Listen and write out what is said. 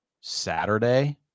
Saturday